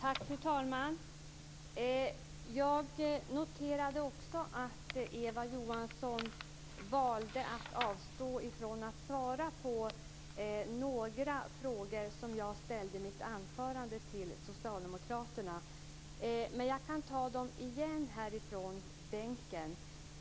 Fru talman! Jag noterade att Eva Johansson valde att avstå från att svara på några frågor som jag ställde till Socialdemokraterna i mitt anförande. Men jag kan ta dem igen här från bänken.